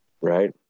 right